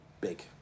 big